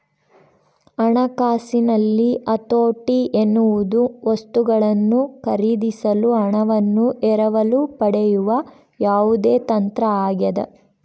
ಹಣಕಾಸಿನಲ್ಲಿ ಹತೋಟಿ ಎನ್ನುವುದು ವಸ್ತುಗಳನ್ನು ಖರೀದಿಸಲು ಹಣವನ್ನು ಎರವಲು ಪಡೆಯುವ ಯಾವುದೇ ತಂತ್ರ ಆಗ್ಯದ